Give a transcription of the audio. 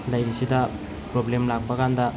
ꯂꯩꯔꯤꯁꯤꯗ problem ꯂꯥꯛꯄ ꯀꯥꯟꯗ